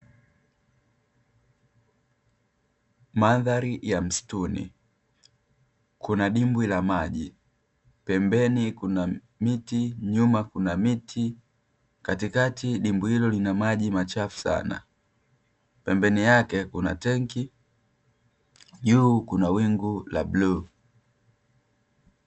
Mandhari ya msituni. Kuna dimbwi la maji, pembeni kuna miti, nyuma kuna miti; katikati dimbwi hilo lina maji machafu sana. Pembeni yake kuna tenki, juu kuna wingu la bluu.